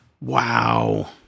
Wow